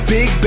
Big